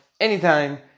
anytime